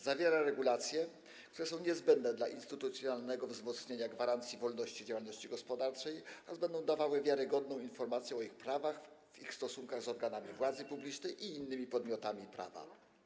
Zawiera regulacje, które są niezbędne dla instytucjonalnego wzmocnienia gwarancji wolności działalności gospodarczej, gdyż będą dawały wiarygodną informację o prawach przedsiębiorców w ich stosunkach z organami władzy publicznej i innymi podmiotami prawa.